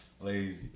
lazy